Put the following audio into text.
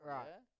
Right